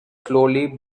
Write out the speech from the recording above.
slowly